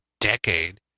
decade